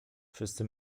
wszyscy